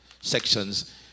sections